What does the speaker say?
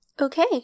Okay